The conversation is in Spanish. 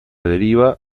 deriva